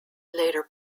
later